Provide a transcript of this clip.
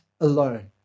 alone